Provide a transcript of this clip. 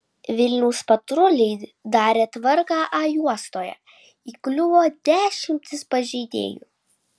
vilniaus patruliai darė tvarką a juostoje įkliuvo dešimtys pažeidėjų